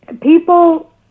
people